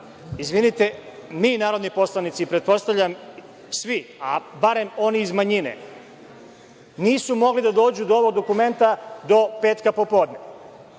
Izvinite, mi narodni poslanici, pretpostavljam svi, a barem oni iz manjine nisu mogli da dođu do ovog dokumenta do petka popodne. Kako